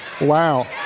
Wow